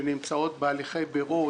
שנמצאות בהליכי בירור,